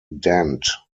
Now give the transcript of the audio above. dent